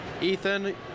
Ethan